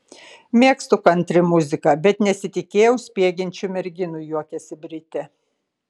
mėgstu kantri muziką bet nesitikėjau spiegiančių merginų juokiasi britė